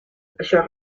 això